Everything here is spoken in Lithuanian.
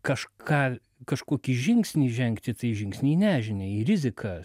kažką kažkokį žingsnį žengti tai žingsnį į nežinią į riziką